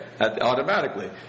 automatically